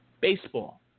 baseball